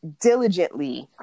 diligently